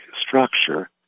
structure